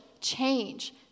change